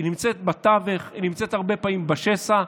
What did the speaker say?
היא נמצאת בתווך, היא נמצאת הרבה פעמים בשסע.